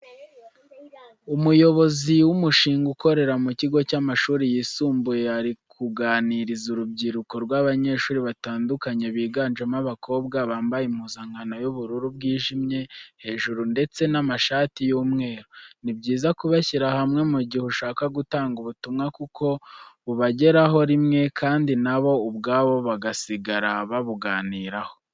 Umuyobozi w’umushinga ukorera mu kigo cy’amashuri yisumbuye ari kuganiriza urubyiruko rw’abanyeshuri batandukanye biganjemo abakobwa, bambaye impuzankano y’ubururu bwijimye hejuru ndetse n’amashashi y’umweru. Ni byiza kubashyira hamwe mu gihe ushaka gutanga ubutumwa kuko bubagereraho rimwe, kandi na bo ubwabo bagasigara babuganiraho.